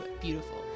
beautiful